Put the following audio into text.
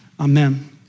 Amen